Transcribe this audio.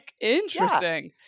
interesting